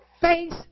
face